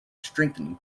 strengthening